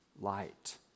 light